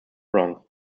wrong